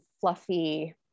fluffy